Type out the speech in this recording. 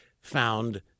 found